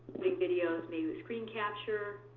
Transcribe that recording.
make videos made with screen capture.